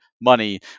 money